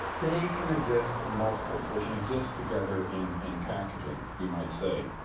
they can exist in multiples. they can exist together in in packaging, you might say.